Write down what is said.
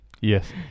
Yes